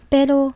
Pero